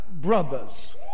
Brothers